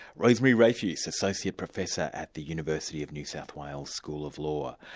rosemary rayfuse, associate professor at the university of new south wales school of law.